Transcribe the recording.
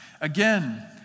Again